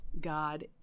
God